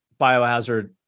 Biohazard